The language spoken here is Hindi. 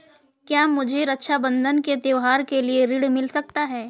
क्या मुझे रक्षाबंधन के त्योहार के लिए ऋण मिल सकता है?